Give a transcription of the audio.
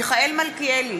אינה נוכחת מיכאל מלכיאלי,